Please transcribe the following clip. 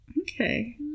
Okay